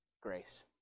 grace